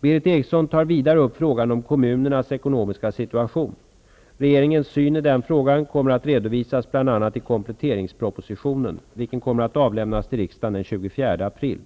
Berith Eriksson tar vidare upp frågan om kommunernas ekonomiska situation. Regeringens syn i denna fråga kommer att redovisas bl.a. i kompletteringspropositionen, vilken kommer att avlämnas till riksdagen den 24 april.